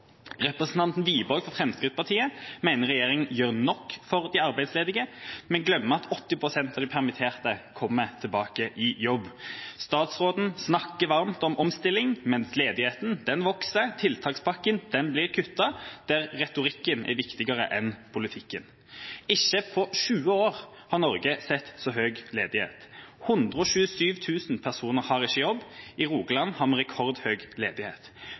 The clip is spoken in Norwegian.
Representanten Wiborg, fra Fremskrittspartiet, mener regjeringa gjør nok for de arbeidsledige, men glemmer at 80 pst. av de permitterte kommer tilbake i jobb. Statsråden snakker varmt om omstilling, mens ledigheten vokser, tiltakspakken blir kuttet – retorikken er viktigere enn politikken. Ikke på 20 år har Norge sett så høy ledighet. 127 000 personer har ikke jobb. I Rogaland har vi rekordhøy ledighet.